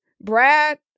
Brad